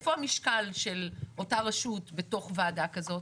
איפה המשקל של אותה רשות בתוך ועדה כזאת?